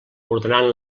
ordenant